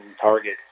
target